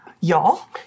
Y'all